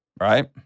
Right